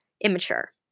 immature